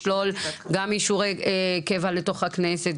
נטל 25 שנה מתעסק בעניין הזה של Combat PTSD,